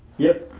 yep.